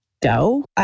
dough